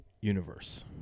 universe